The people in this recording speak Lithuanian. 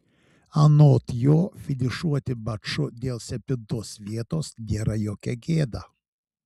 anot jo finišuoti maču dėl septintos vietos nėra jokia gėda